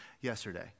yesterday